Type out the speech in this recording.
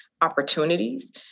opportunities